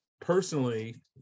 personally